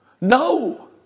No